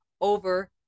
over